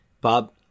Bob